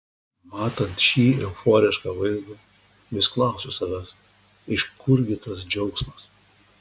matant šį euforišką vaizdą vis klausiau savęs iš kur gi tas džiaugsmas